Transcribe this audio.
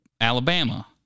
Alabama